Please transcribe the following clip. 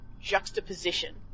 juxtaposition